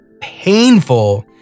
painful